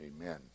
amen